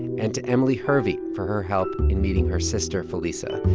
and to emily hervey for her help in meeting her sister felisa.